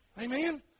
Amen